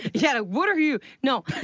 yeah. what are you? no.